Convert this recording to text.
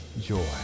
joy